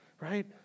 right